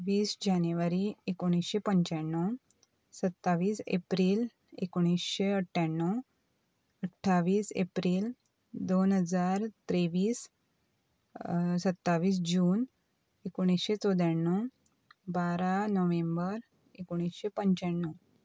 वीस जानेवारी एकोणीशें पंच्याण्णव सत्तावीस एप्रील एकुणीशें अठ्ठ्याणव अठ्ठावीस एप्रील दोन हजार तेव्वीस सत्तावीस जून एकोणिशे चौद्याण्णव बारा नोव्हेंबर एकुणीशें पंच्याण्णव